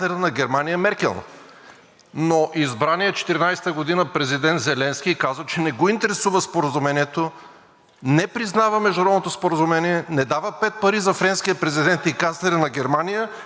не признава международното споразумение, не дава пет пари за френския президент и канцлера на Германия и не изпълнява решенията, в това число и Протокола от Минск II от 12 февруари 2015 г.